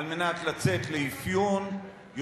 כדי לצאת לאפיון,